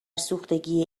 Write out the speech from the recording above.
سوختگی